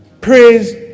Praise